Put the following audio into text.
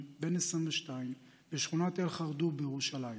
בן 22 בשכונת אל-חרדוב בירושלים.